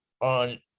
on